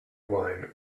wine